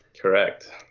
correct